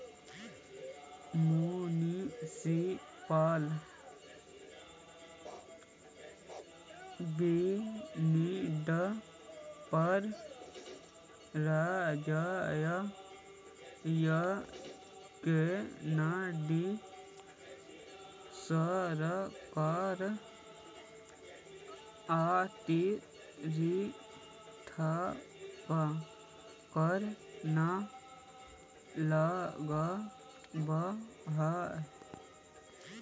municipal bond पर राज्य या केन्द्र सरकार अतिरिक्त कर न लगावऽ हइ